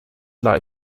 life